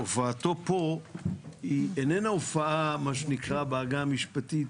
הופעתו פה היא איננה הופעה מה שנקרא בעגה המשפטית,